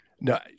No